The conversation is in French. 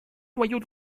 noyau